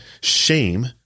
shame